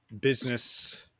business